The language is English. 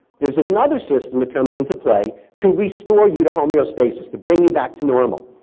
there's another system that comes into play to restore you to homeostasis. to bring you back to normal.